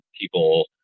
people